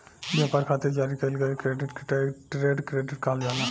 ब्यपार खातिर जारी कईल गईल क्रेडिट के ट्रेड क्रेडिट कहल जाला